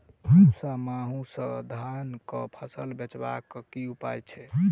भूरा माहू सँ धान कऽ फसल बचाबै कऽ की उपाय छै?